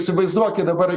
įsivaizduokit dabar